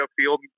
field